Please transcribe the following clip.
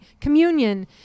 communion